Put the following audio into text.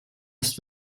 ist